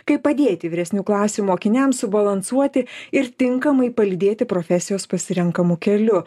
kaip padėti vyresnių klasių mokiniams subalansuoti ir tinkamai palydėti profesijos pasirenkamu keliu